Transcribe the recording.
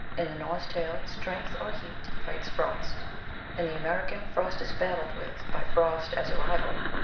in the norse tale strength or heat rights frost in the american, frost is battled with by frost as a rival.